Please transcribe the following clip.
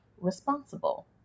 responsible